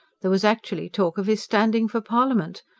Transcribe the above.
there was actually talk of his standing for parliament,